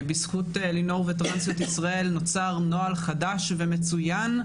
בזכות לינור וטרנסיות ישראל נוצר נוהל חדש ומצוין,